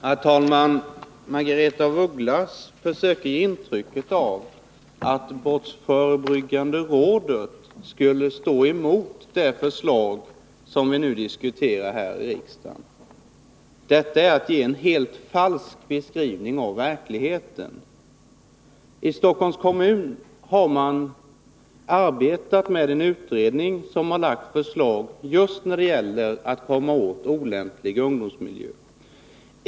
Herr talman! Margaretha af Ugglas försökte ge ett intryck av att brottsförebyggande rådet skulle vara emot det förslag som vi nu diskuterar häri riksdagen. Det är att ge en helt falsk beskrivning av verkligheten. Inom Stockholms kommun har man haft en utredning som lagt fram förslag just när det gäller att komma åt olämpliga ungdomsmiljöer.